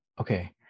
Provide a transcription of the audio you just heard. Okay